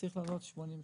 צריך לעלות 80 שקל.